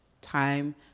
time